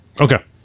Okay